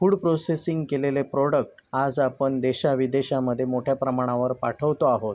food processing केलेले product आज आपण देशाविदेशामध्ये मोठ्या प्रमाणावर पाठवतो आहोत